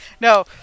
No